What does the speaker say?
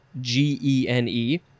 G-E-N-E